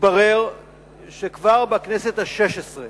מתברר שכבר בתקופת הכנסת השש-עשרה